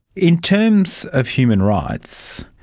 in terms of human rights,